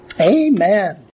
Amen